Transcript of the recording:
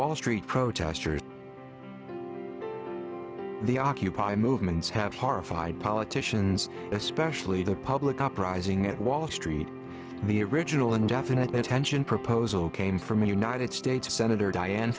wall street protesters the occupy movements have horrified politicians especially the public up rising at wall street the original indefinite detention proposal came from united states senator dian